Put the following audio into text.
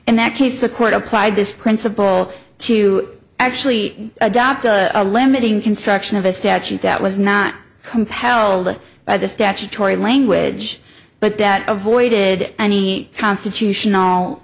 in that case the court applied this principle to actually adopt a limiting construction of a statute that was not compelled by the statutory language but that avoided any constitutional